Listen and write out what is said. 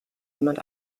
jemand